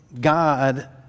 God